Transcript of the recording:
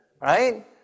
right